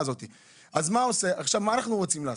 מה אנחנו רוצים לעשות?